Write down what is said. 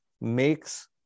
makes